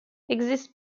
exist